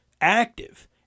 active